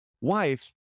wife